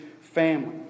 family